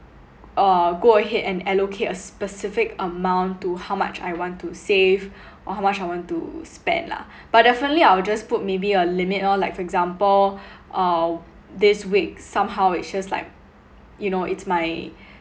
err go ahead and allocate a specific amount to how much I want to save or how much I want to spend lah but definitely I'll just put maybe a limit lor like for example uh this week somehow it shows like you know it's my